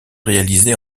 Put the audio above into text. réalisées